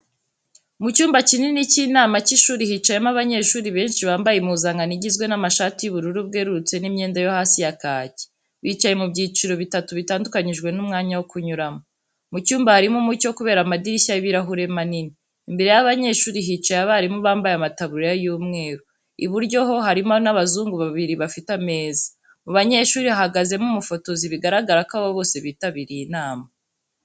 Mu cyumba kinini cy'inama cy'ishuri, hicayemo abanyeshuri benshi bambaye impuzankano igizwe n'amashati y'ubururu bwerurutse n'imyenda yo hasi ya kaki. Bicaye mu byiciro bitatu, bitandukanyijwe n'umwanya wo kunyuramo. Mu cyumba hari umucyo kubera amadirishya y'ibirahuri manini. Imbere y'abanyeshuri hicaye abarimu, bambaye amataburiya y'umweru. Iburyo ho harimo n'abazungu babiri bafite ameza. Mu banyeshuri hahagazemo umufotozi bigaragara ko aba bose bitabiriye inama.